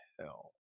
hell